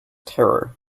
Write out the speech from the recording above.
terror